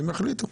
והם יחליטו.